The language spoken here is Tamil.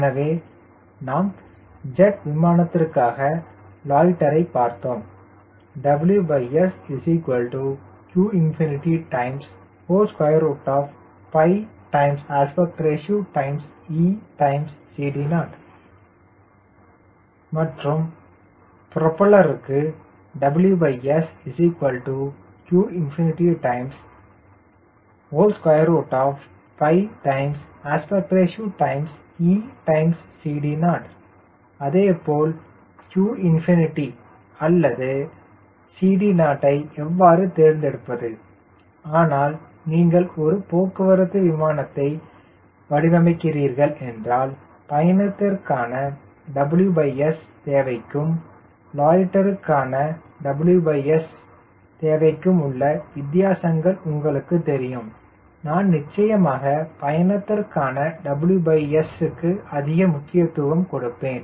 எனவே நாம் ஜெட் விமானத்திற்காக லோய்ட்டரை பார்த்தோம் WSqπAReCD0 மற்றும் புரோப்பல்லருக்கு WSqπAReCD0 அதேபோல் qꝏ அல்லது CD0 ஐ எவ்வாறு தேர்ந்தெடுப்பது ஆனால் நீங்கள் ஒரு போக்குவரத்து விமானத்தை வடிவமைக்கிறீர்கள் என்றால் பயணத்திற்கான WS தேவைக்கும் லோய்ட்டரிக்கிற்கான WS தேவைக்கும் உள்ள வித்தியாசங்கள் உங்களுக்கு தெரியும் நான் நிச்சயமாக பயணத்திற்கான WS க்கு அதிக முக்கியத்துவம் கொடுப்பேன்